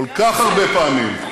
כל כך הרבה פעמים,